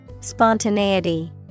Spontaneity